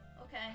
okay